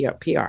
PR